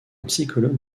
psychologue